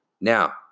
Now